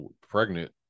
pregnant